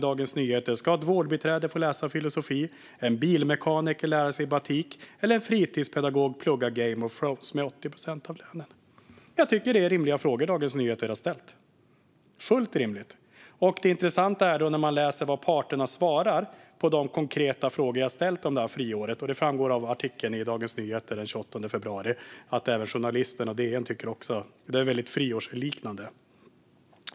Dagens Nyheter frågar: Ska ett vårdbiträde få läsa filosofi, en bilmekaniker lära sig batik eller en fritidspedagog plugga Game of Thrones med 80 procent av lönen? Jag tycker att det är fullt rimliga frågor som Dagens Nyheter har ställt. Det intressanta är att läsa vad parterna svarar på de konkreta frågor jag ställt om det här friåret. Det framgår av artikeln i Dagens Nyheter den 28 februari att även journalisten - och DN - tycker att detta är väldigt friårsliknande.